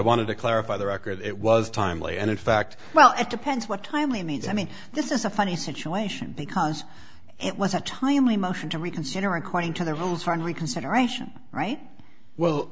wanted to clarify the record it was timely and in fact well it depends what timely means i mean this is a funny situation because it was a timely motion to reconsider according to their homes finally consideration right well